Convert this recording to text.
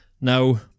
Now